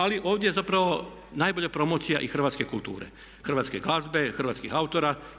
Ali ovdje je zapravo najbolja promocija i hrvatske kulture, hrvatske glazbe, hrvatskih autora.